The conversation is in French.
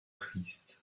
christ